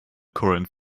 current